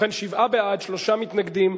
ובכן, שבעה בעד, שלושה מתנגדים.